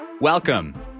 Welcome